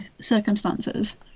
circumstances